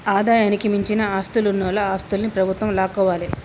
ఆదాయానికి మించిన ఆస్తులున్నోల ఆస్తుల్ని ప్రభుత్వం లాక్కోవాలే